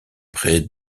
près